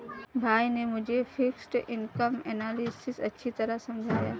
भाई ने मुझे फिक्स्ड इनकम एनालिसिस अच्छी तरह समझाया